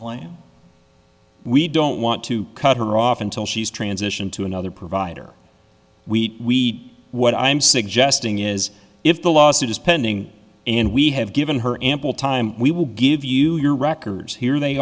claim we don't want to cut her off until she's transition to another provider we what i'm suggesting is if the lawsuit is pending and we have given her ample time we will give you your records here they